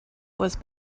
was